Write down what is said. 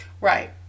Right